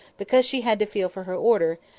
because she had to feel for her order,